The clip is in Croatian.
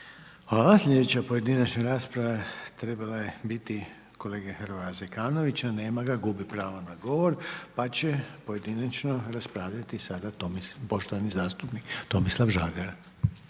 Hvala. Sljedeća pojedinačna rasprava trebala je biti kolege Hrvoja Zekanovića, nema ga. Gubi pravo na govor. Pa će pojedinačno raspravljati sada poštovani